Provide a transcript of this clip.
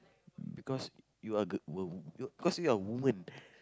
because you are girl well cause you are woman